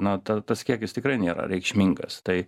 na ta tas kiekis tikrai nėra reikšmingas tai